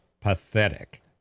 pathetic